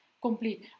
complete